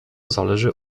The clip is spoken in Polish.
zależy